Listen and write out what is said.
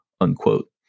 unquote